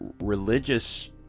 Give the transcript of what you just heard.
religious